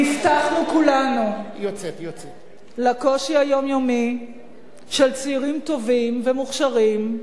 נפתחנו כולנו לקושי היומיומי של צעירים טובים ומוכשרים,